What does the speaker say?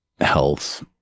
health